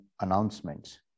announcements